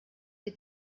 wir